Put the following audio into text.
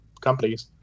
companies